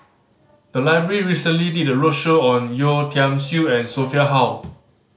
the library recently did a roadshow on Yeo Tiam Siew and Sophia Hull